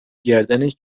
گردنش